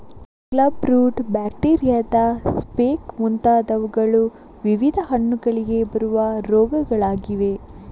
club root, ಬ್ಯಾಕ್ಟೀರಿಯಾದ speck ಮುಂತಾದವುಗಳು ವಿವಿಧ ಹಣ್ಣುಗಳಿಗೆ ಬರುವ ರೋಗಗಳಾಗಿವೆ